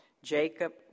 Jacob